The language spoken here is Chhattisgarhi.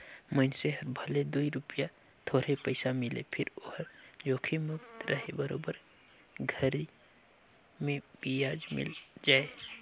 मइनसे हर भले दूई रूपिया थोरहे पइसा मिले फिर ओहर जोखिम मुक्त रहें बरोबर घरी मे बियाज मिल जाय